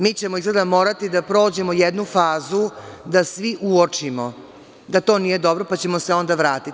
Mi ćemo izgleda morati da prođemo jednu fazu, da svi uočimo, da to nije dobro, pa ćemo se onda vratiti.